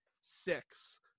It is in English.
six